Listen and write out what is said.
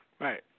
Right